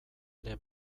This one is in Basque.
ere